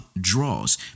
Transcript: draws